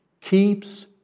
keeps